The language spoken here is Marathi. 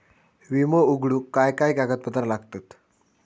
विमो उघडूक काय काय कागदपत्र लागतत?